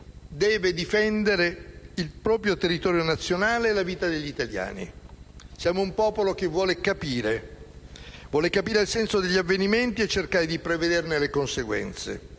deve difendere il proprio territorio nazionale e la vita degli italiani. Siamo un popolo che vuole capire il senso degli avvenimenti e cercare di prevederne le conseguenze.